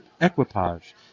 equipage